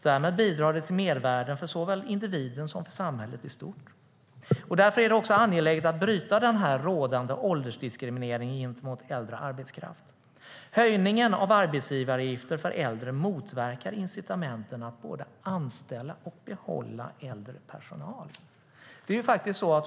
Därmed bidrar det till mervärden för såväl individen som samhället i stort. Därför är det angeläget att bryta den rådande åldersdiskrimineringen gentemot äldre arbetskraft. Höjningen av arbetsgivaravgifter för äldre motverkar incitamenten att anställa och behålla äldre personal.